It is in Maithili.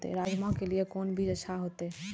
राजमा के लिए कोन बीज अच्छा होते?